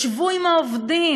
ישבו עם העובדים,